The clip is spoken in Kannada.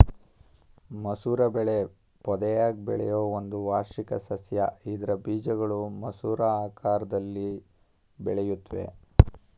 ಮಸೂರ ಬೆಳೆ ಪೊದೆಯಾಗ್ ಬೆಳೆಯೋ ಒಂದು ವಾರ್ಷಿಕ ಸಸ್ಯ ಇದ್ರ ಬೀಜಗಳು ಮಸೂರ ಆಕಾರ್ದಲ್ಲಿ ಬೆಳೆಯುತ್ವೆ